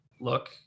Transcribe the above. look